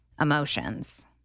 emotions